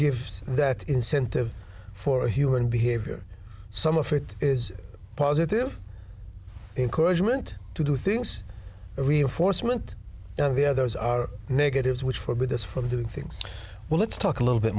gives that incentive for human behavior some of it is positive encouragement to do things reinforcement the others are negatives which for with us from doing things well let's talk a little bit